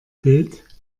bild